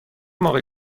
موقع